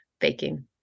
baking